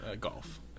golf